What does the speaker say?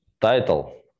title